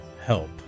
help